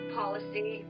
policy